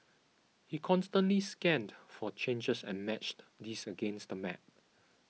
he constantly scanned for changes and matched these against the map